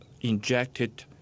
injected